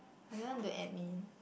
I don't want do admin